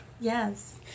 Yes